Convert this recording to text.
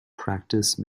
practice